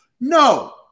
No